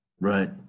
Right